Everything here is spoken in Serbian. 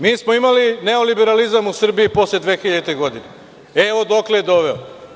Mi smo imali neoliberalizam u Srbiji posle 2000. godine, evo dokle je doveo.